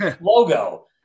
logo